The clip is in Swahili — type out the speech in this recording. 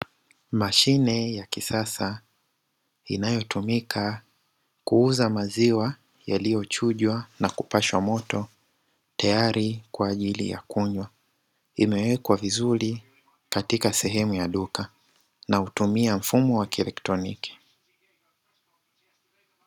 Mashine ya kisasa inayotumika kuuza maziwa yaliyochujwa na kupashwa moto tayari kwa ajili ya kunywa, imewekwa vizuri katika sehemu ya duka na hutumia mfumo wa kielektroniki.